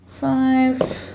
Five